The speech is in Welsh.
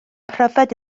pryfed